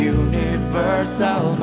universal